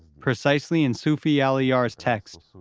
precisely in sufi allahyar's text.